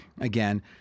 again—